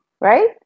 Right